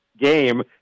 game